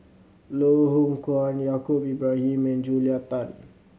Loh Hoong Kwan Yaacob Ibrahim and Julia Tan